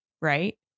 right